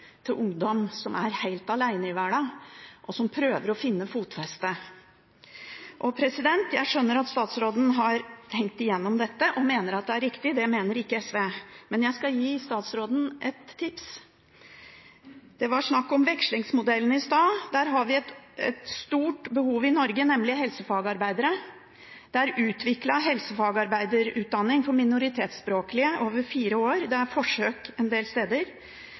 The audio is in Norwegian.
til ungdom som er helt alene i verden, og som prøver å finne fotfeste. Jeg skjønner at statsråden har tenkt igjennom dette og mener det er riktig, men det mener ikke SV. Men jeg skal gi statsråden et tips. Det var snakk om vekslingsmodellen i stad: Vi har nemlig et stort behov i Norge for helsefagarbeidere. Det er utviklet en helsefagarbeiderutdanning for minoritetsspråklige som går over fire år. Det er forsøk en del steder,